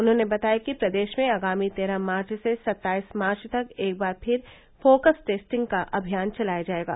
उन्होंने बताया कि प्रदेश में आगामी तेरह मार्च से सत्ताईस मार्च तक एक बार फिर फोकस टेस्टिंग का अभियान चलाया जायेगा